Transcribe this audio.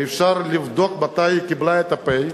ואפשר לבדוק מתי היא קיבלה את ה"פ".